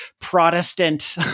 Protestant